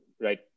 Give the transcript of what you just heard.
right